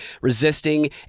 resisting